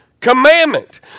commandment